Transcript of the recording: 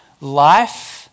life